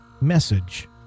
message